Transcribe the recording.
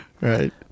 right